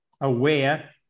aware